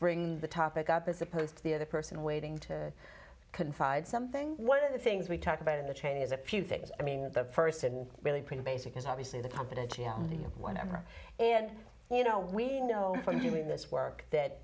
bring the topic up as opposed to the other person waiting to confide something one of the things we talk about in the chain is a few things i mean the person really pretty basic is obviously the confidentiality of whatever and you know we know from doing this work that